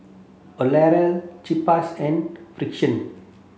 L'Oreal Chaps and Frixion